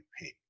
pain